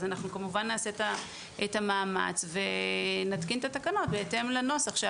כמובן נעשה את המאמץ ונתקין את התקנות בהתאם לנוסח.